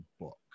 book